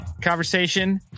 conversation